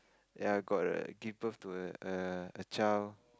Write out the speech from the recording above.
ya got err give birth to a err a child